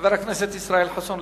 חבר הכנסת ישראל חסון,